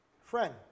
Friend